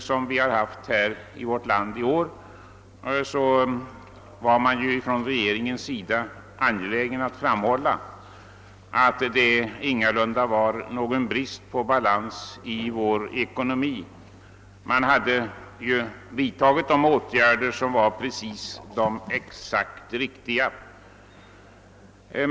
som förts i år här i landet var mycket angelägna om att framhålla, att det ingalunda fanns någon bristande balans i ekonomin. Tvärtom hade alla de åtgärder vidtagits som var exakt riktiga.